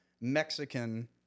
Mexican